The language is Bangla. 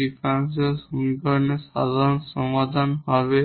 ডিফারেনশিয়াল সমীকরণ সাধারণ সমাধান হবে